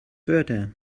wörter